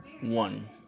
One